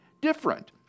different